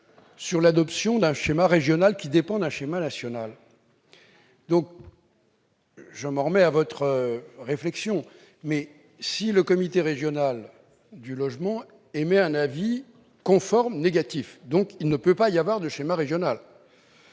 sur l'adoption d'un schéma régional qui dépend lui-même d'un schéma national. Je m'en remets à votre réflexion. Toutefois, si le comité régional du logement émet un avis conforme négatif, il ne peut y avoir de schéma régional.